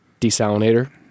Desalinator